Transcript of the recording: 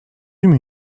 eûmes